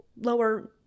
lower